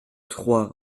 trois